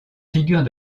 figure